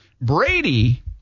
Brady